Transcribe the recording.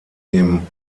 dem